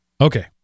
Okay